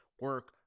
Work